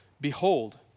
behold